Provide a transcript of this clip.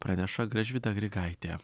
praneša gražvyda grigaitė